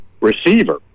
receiver